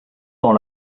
dans